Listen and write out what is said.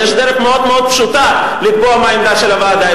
יש דרך מאוד מאוד פשוטה לקבוע מה העמדה של הוועדה.